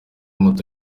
moto